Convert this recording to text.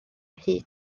hyd